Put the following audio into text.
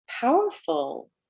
powerful